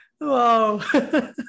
Wow